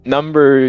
Number